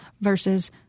versus